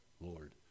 Lord